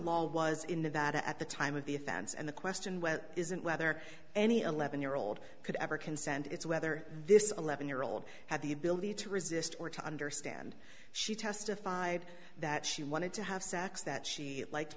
law was in nevada at the time of the offense and the question was isn't whether any eleven year old could ever consent it's whether this eleven year old had the ability to resist or to understand she testified that she wanted to have sex that she liked